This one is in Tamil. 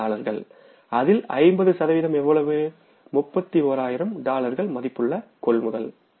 62000 டாலர்கள் அதில் 50 சதவீதம் எவ்வளவு 31000 டாலர்கள் மதிப்புள்ள கொள்முதல் ஆகும்